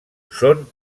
són